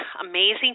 amazing